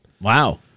Wow